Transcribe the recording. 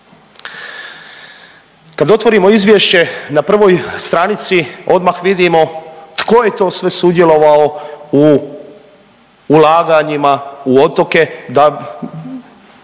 Kad otvorimo izvješće na prvoj stranici odmah vidimo tko je to sve sudjelovao u ulaganjima u otoke